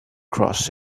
cross